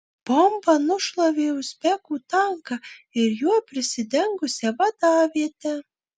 bomba nušlavė uzbekų tanką ir juo prisidengusią vadavietę